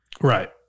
Right